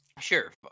Sure